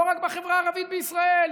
לא רק בחברה הערבית בישראל,